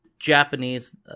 japanese